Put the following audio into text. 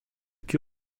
que